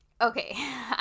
okay